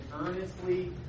earnestly